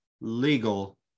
legal